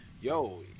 yo